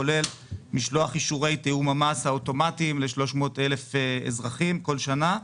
כולל משלוח אישורי תיאום המס האוטומטיים ל-300,000 אזרחים כל שנה,